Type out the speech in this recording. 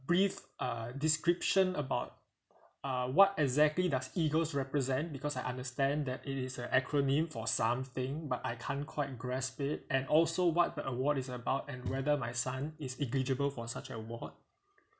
brief uh description about uh what exactly does EAGLES represent because I understand that it is a acronym for something but I can't quite grasped it and also what the award is about and whether my son is eligible for such award